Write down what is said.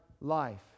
life